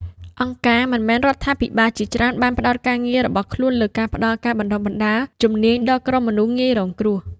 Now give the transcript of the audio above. អង្គការមិនមែនរដ្ឋាភិបាលជាច្រើនបានផ្តោតការងាររបស់ខ្លួនលើការផ្តល់ការបណ្តុះបណ្តាលជំនាញដល់ក្រុមមនុស្សងាយរងគ្រោះ។